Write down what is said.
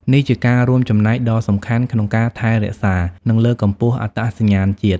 នេះជាការរួមចំណែកដ៏សំខាន់ក្នុងការថែរក្សា និងលើកកម្ពស់អត្តសញ្ញាណជាតិ។